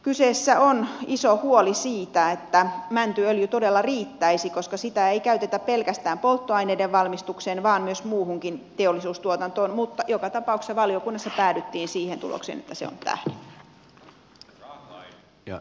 kyseessä on iso huoli siitä että mäntyöljy todella riittäisi koska sitä ei käytetä pelkästään polttoaineiden valmistukseen vaan myös muuhunkin teollisuustuotantoon mutta joka tapauksessa valiokunnassa päädyttiin siihen tulokseen että se on tähde